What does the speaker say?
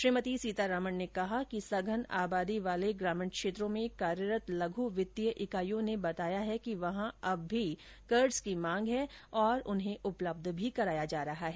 श्रीमती सीतारमन ने कहा कि सघन आबादी वाले ग्रामीण क्षेत्रों में कार्यरत लघू वित्तीय इकाईयों ने बताया है कि वहां अब भी कर्ज की मांग है और उन्हें उपलब्ध भी कराया जा रहा है